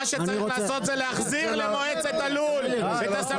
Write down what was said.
מה שצריך לעשות זה להחזיר למועצת הלול את הסמכות.